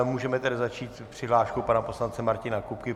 Můžeme tedy začít přihláškou pana poslance Martina Kupky.